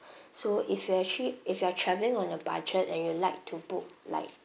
so if you actually if you are travelling on a budget and you'd like to book like